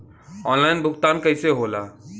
Online भुगतान कईसे होला?